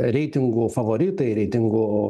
reitingų favoritai reitingų